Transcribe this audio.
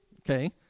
Okay